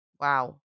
Wow